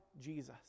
Jesus